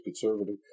conservative